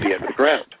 underground